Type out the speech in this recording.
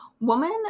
Woman